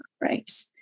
Right